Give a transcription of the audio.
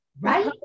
right